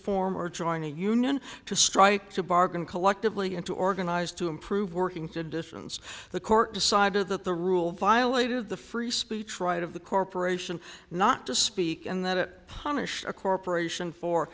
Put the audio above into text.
form or join a union to strike to bargain collectively and to organize to improve working conditions the court decided that the rule violated the free speech right of the corporation not to speak and that it punish a corporation for